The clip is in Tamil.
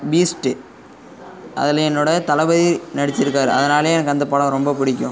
பீஸ்ட்டு அதில் என்னோடய தளபதி நடிச்சுருக்காரு அதனாலேயே எனக்கு அந்த படம் ரொம்ப பிடிக்கும்